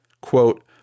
Quote